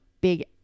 big